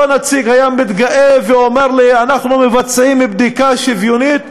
אותו נציג היה מתגאה ואומר לי: אנחנו מבצעים בדיקה שוויונית,